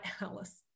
Alice